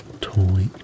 toy